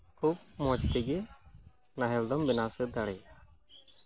ᱠᱷᱩᱵᱽ ᱢᱚᱡᱽ ᱛᱮᱜᱮ ᱱᱟᱦᱮᱞ ᱫᱚᱢ ᱵᱮᱱᱟᱣ ᱥᱟᱹᱛ ᱫᱟᱲᱮᱭᱟᱜᱼᱟ